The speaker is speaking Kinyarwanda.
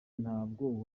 ntabwo